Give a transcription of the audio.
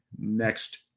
next